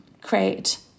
create